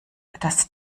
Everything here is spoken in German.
das